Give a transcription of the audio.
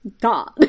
god